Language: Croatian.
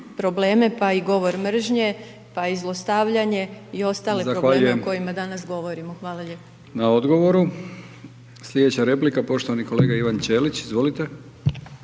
probleme, pa i govor mržnje, pa i zlostavljanje i ostale probleme o kojima danas govorimo. Hvala lijepo. **Brkić, Milijan (HDZ)** Zahvaljujem na odgovoru. Sljedeća replika, poštovani kolega Ivan Ćelić, izvolite.